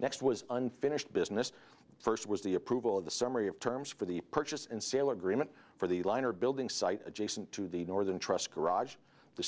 next was unfinished business first was the approval of the summary of terms for the purchase and sale agreement for the liner building site adjacent to the northern trust garage the